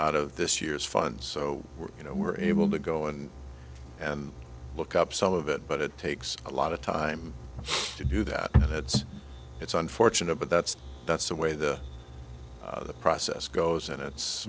out of this year's fund so you know we're able to go in and look up some of it but it takes a lot of time to do that and that's it's unfortunate but that's that's the way the process goes and